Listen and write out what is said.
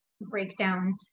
breakdown